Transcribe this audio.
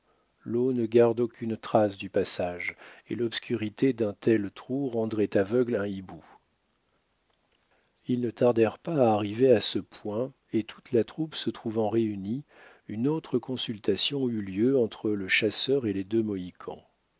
ne garde aucune trace du passage et l'obscurité d'un tel trou rendrait aveugle un hibou ils ne tardèrent pas à arriver à ce point et toute la troupe se trouvant réunie une autre consultation eut lieu entre le chasseur et les deux mohicans